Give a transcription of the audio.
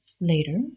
later